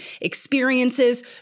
experiences